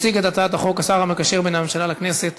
יציג את הצעת החוק השר המקשר בין הממשלה לכנסת